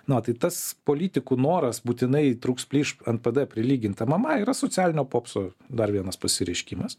na va tai tas politikų noras būtinai trūks plyš npd prilygint mma yra socialinio popso dar vienas pasireiškimas